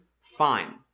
fine